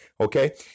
okay